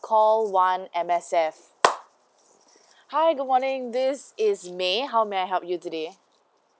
call one M_S_F hi good morning this is may how may I help you today